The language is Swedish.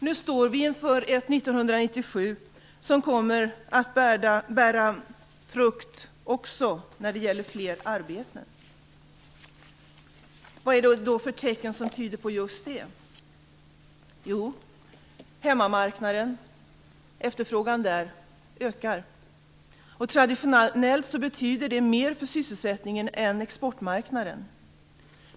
Nu står vi inför 1997 då politiken kommer att bära frukt också vad gäller fler arbeten. Vad är det för tecken som tyder på just det? Jo, efterfrågan på hemmamarknaden ökar. Traditionellt betyder det mer för sysselsättningen än exportmarknaden.